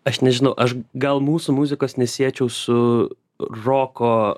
aš nežinau aš gal mūsų muzikos nesiečiau su roko